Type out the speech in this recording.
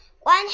one